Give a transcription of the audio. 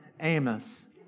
Amos